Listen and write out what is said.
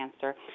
cancer